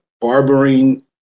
barbering